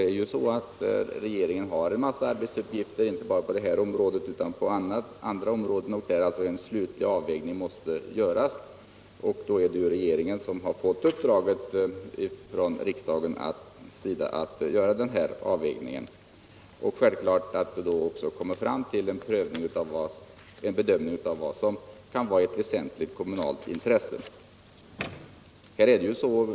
Regeringen har en massa arbetsuppgifter, inte bara på detta utan även på andra om råden. En slutlig avvägning måste göras, och då har regeringen fått riksdagens uppdrag att utföra den. Självklart bör också en bedömning av vad som kan vara ett väsentligt kommunalt intresse kunna äga rum.